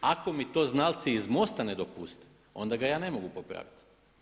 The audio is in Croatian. Ako mi to znalci iz MOST-a ne dopuste onda ga ja ne mogu popraviti.